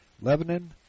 Lebanon